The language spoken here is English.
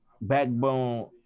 backbone